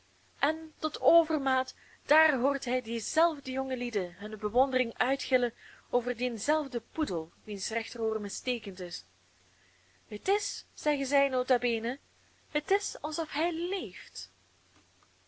en tot overmaat daar hoort hij diezelfde jonge lieden hunne bewondering uitgillen over dienzelfden poedel wiens rechteroor misteekend is het is zeggen zij nota bene het is alsof hij leeft